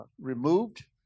removed